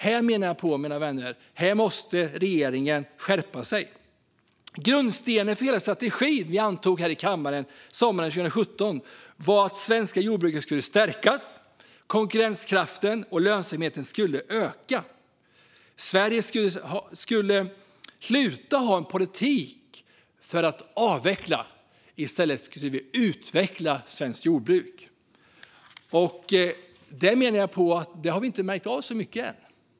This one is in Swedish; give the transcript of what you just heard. Här menar jag, mina vänner, att regeringen måste skärpa sig. Grundstenen för hela den strategi som vi antog här i kammaren sommaren 2017 var att det svenska jordbruket skulle stärkas och konkurrenskraften och lönsamheten öka. Sverige skulle sluta med politik för att avveckla svenskt jordbruk. I stället skulle vi utveckla det. Det menar jag att vi inte har märkt så mycket av än.